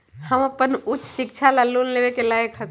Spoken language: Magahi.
हम अपन उच्च शिक्षा ला लोन लेवे के लायक हती?